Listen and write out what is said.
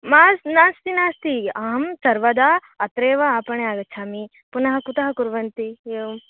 मास् नास्ति नास्ति अहं सर्वदा अत्रैव आपणे आगच्छामि पुनः कुतः कुर्वन्ति एवं